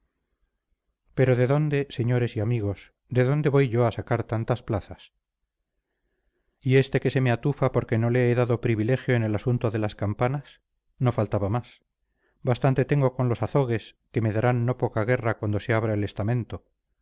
pero de dónde señores y amigos de dónde voy yo a sacar tantas plazas y este que se me atufa porque no le he dado privilegio en el asunto de las campanas no faltaba más bastante tengo con los azogues que me darán no poca guerra cuando se abra el estamento